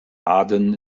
aden